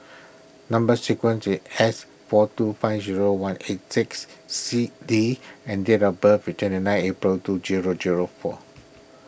Number Sequence is S four two five zero one eight six C D and date of birth is twenty nine April two zero zero four